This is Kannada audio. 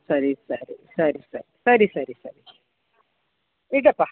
ಸರಿ ಸರಿ ಸರಿ ಸರಿ ಸರಿ ಸರಿ ಸರಿ ಇಡಪ್ಪಾ